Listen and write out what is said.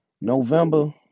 November